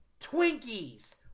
Twinkies